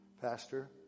Pastor